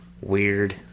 Weird